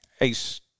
ace